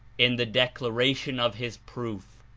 in the declaration of his proof,